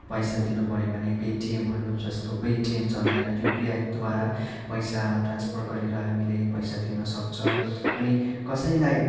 पैसा दिनु पऱ्यो भने पेटिएमहरू जस्तो पेटिएम चलाएर युपिआईद्वारा पैसा ट्रान्सफर गरेर हामीले पैसा दिनु सक्छ अनि कसैलाई